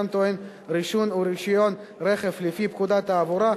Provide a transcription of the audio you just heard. טעון רישום ורשיון רכב לפי פקודת התעבורה,